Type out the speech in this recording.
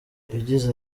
yagize